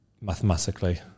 mathematically